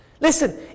Listen